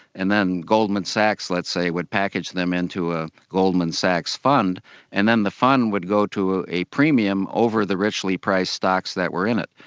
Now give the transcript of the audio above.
and then goldman sachs let's say would package them into a goldman sachs fund and then the fund would go to a premium over the richly priced stocks that were in it.